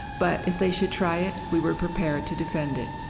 but, if they should try it, we were prepared to defend it.